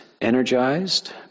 energized